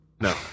No